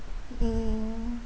mm